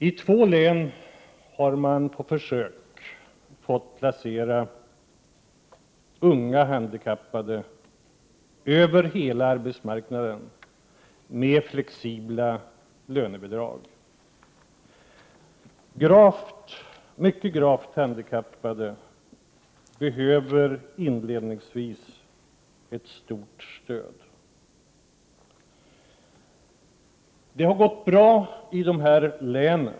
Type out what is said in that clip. I två län har man på försök fått placera unga handikappade över hela arbetsmarknaden med flexibla lönebidrag. Mycket gravt handikappade behöver inledningsvis ett stort stöd. Det har gått bra i dessa båda län.